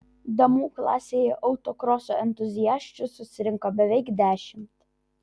damų klasėje autokroso entuziasčių susirinko beveik dešimt